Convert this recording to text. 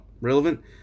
relevant